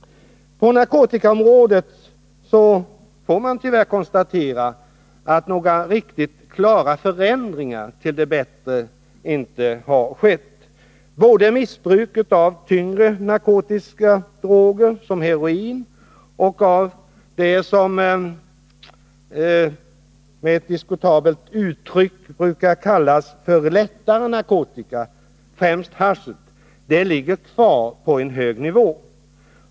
På narkotikaområdet får man tyvärr konstatera att några riktigt klara förändringar till det bättre inte har skett. Både missbruket av tunga narkotiska droger som heroin och missbruket av vad som med ett diskutabelt uttryck brukar kallas för lättare narkotika, främst hasch, ligger kvar på en hög nivå.